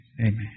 Amen